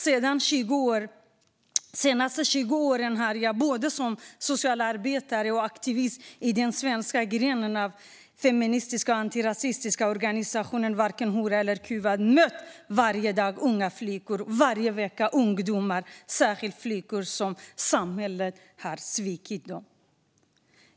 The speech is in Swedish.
De senaste 20 åren har jag både som socialarbetare och som aktivist i den svenska grenen av den feministiska och antirasistiska organisationen Varken hora eller kuvad varje dag och varje vecka mött ungdomar, särskilt flickor, som samhället har svikit.